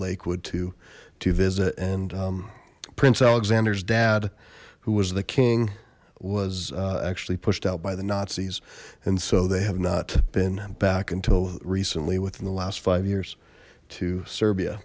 lakewood to to visit and prince alexander's dad who was the king was actually pushed out by the nazis and so they have not been back until recently within the last five years to